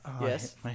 Yes